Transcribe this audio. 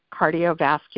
cardiovascular